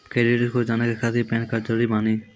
Credit score जाने के खातिर पैन कार्ड जरूरी बानी?